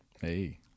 hey